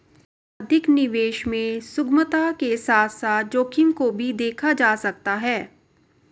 अधिक निवेश में सुगमता के साथ साथ जोखिम को भी देखा जा सकता है